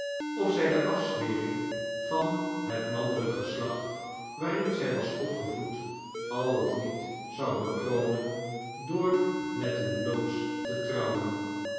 of zij de afzwering van het mannelijk geslacht waarin zij was opgevoed al of niet zou bekronen door met een loods te trouwen